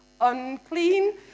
unclean